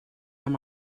amb